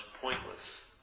pointless